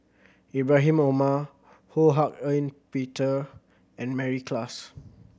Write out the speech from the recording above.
Ibrahim Omar Ho Hak Ean Peter and Mary Klass